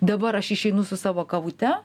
dabar aš išeinu su savo kavute